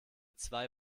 zwei